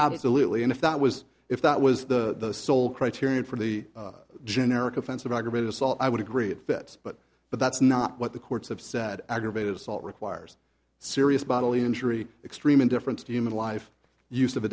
absolutely and if that was if that was the sole criterion for the generic offense of aggravated assault i would agree it fits but but that's not what the courts have said aggravated assault requires serious bodily injury extreme indifference to human life use of a